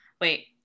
wait